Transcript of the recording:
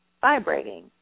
vibrating